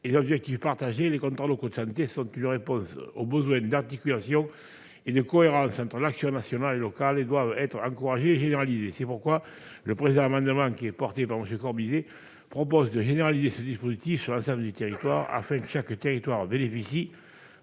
des objectifs partagés, les contrats locaux de santé sont une réponse au besoin d'articulation et de cohérence entre l'action nationale et locale. À ce titre, ils doivent être encouragés et généralisés. C'est pourquoi le présent amendement, porté par Jean-Pierre Corbisez, vise à généraliser ce dispositif sur l'ensemble du territoire, afin que chaque territoire bénéficie